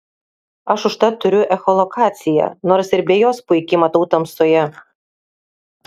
aš užtat turiu echolokaciją nors ir be jos puikiai matau tamsoje